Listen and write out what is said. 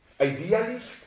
idealist